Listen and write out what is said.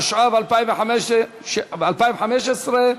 התשע"ו 2015,